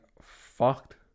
fucked